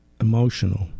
emotional